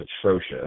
atrocious